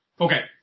Okay